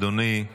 אדוני,